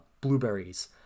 blueberries